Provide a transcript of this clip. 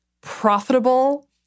profitable